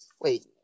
Wait